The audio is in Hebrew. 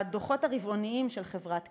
הדוחות הרבעוניים של חברת כי"ל,